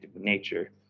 nature